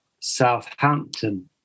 Southampton